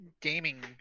gaming